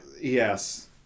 Yes